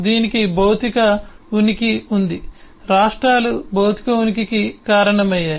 దీనికి భౌతిక ఉనికి ఉంది రాష్ట్రాలు భౌతిక ఉనికికి కారణమయ్యాయి